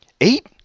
Eight